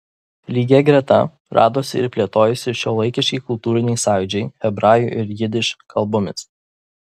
lygia greta radosi ir plėtojosi šiuolaikiški kultūriniai sąjūdžiai hebrajų ir jidiš kalbomis